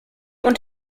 und